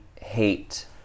hate